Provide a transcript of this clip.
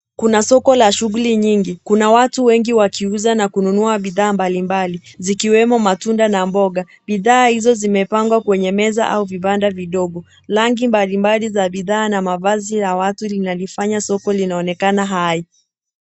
Kuna soko la shughuli nyingi. Kuna watu wengi wakiuza na kununua bidhaa mbali mbali zikiwemo matunda na mboga. Bidhaa hizo zimepangwa kwenye meza au vibanda vidogo. Rangi mbali mbali za bidhaa na mavazi ya watu linalifanya soko linaonekana hai.